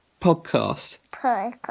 Podcast